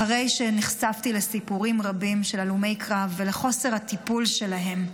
אחרי שנחשפתי לסיפורים רבים של הלומי קרב ולחוסר הטיפול בהם,